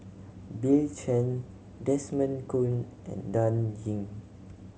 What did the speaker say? Bill Chen Desmond Kon and Dan Ying